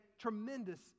tremendous